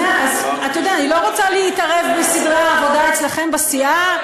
אני לא רוצה להתערב בסדרי העבודה אצלכם בסיעה.